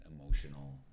emotional